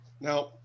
Now